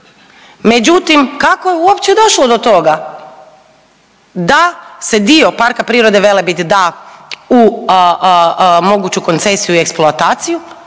Međutim, kako je uopće došlo do toga da se dio PP Velebit da u moguću koncesiju i eksploataciju?